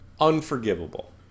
Unforgivable